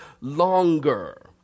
longer